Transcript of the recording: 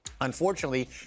unfortunately